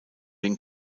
den